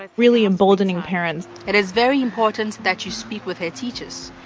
ah really emboldening parents it is very important that you speak with her teachers,